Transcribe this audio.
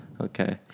Okay